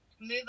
move